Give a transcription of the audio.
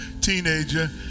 teenager